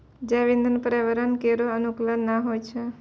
जैव इंधन पर्यावरण केरो अनुकूल नै होय छै